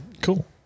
Cool